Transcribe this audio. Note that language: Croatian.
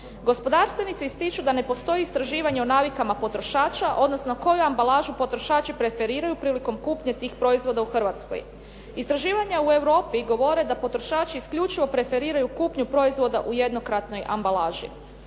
Gospodarstvenici ističu da ne postoji istraživanje o navikama potrošača odnosno koju ambalažu potrošači preferiraju prilikom kupnje tih proizvoda u Hrvatskoj. Istraživanja u Europi govore da potrošači isključivo preferiraju kupnju proizvoda u jednokratnoj ambalaži.